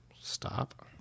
Stop